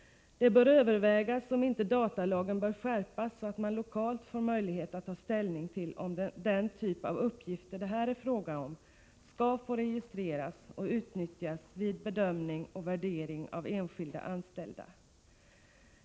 Det bör övervägas om inte datalagen bör skärpas så att man lokalt får möjlighet att ta ställning till om den typ av uppgifter det här är fråga om ska få registreras och utnyttjas vid bedömning och värdering av enskilda anställda.